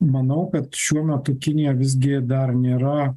manau kad šiuo metu kinija visgi dar nėra